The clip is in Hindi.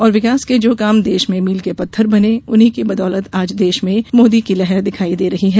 और विकास के जो काम देश में मील के पत्थर बनें उन्हीं के बदोलत आज देश में मोदी की लहर दिखाई दे रही है